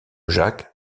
jacques